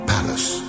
Palace